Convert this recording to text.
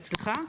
11 (ב), סליחה.